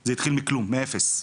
זה התחיל מכלום, מאפס,